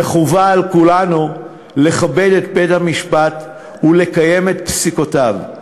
וחובה על כולנו לכבד את בית-המשפט ולקיים את פסיקותיו.